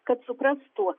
kad suprastų